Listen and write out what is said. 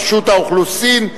רשות האוכלוסין,